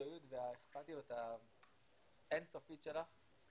מהמקצועיות והאכפתיות האין סופית שלך.